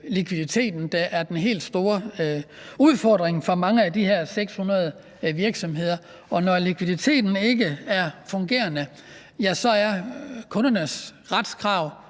likviditeten, der er den helt store udfordring for mange af de her 600 virksomheder. Og når likviditeten ikke er fungerende, fungerer det